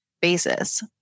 basis